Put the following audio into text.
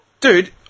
Dude